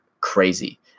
crazy